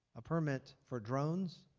a permit for drones